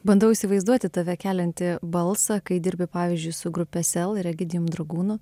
bandau įsivaizduoti tave keliantį balsą kai dirbi pavyzdžiui su grupe sel ir egidijum dragūnu